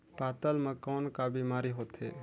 पातल म कौन का बीमारी होथे?